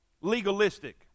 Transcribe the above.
Legalistic